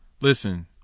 Listen